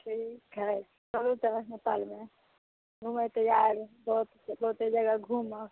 ठीक है चलु तऽ नेपालमे हुए तैआर सभ बहुते जगह घूमब